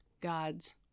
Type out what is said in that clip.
God's